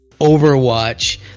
Overwatch